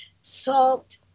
salt